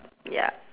ya